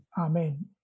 Amen